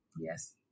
Yes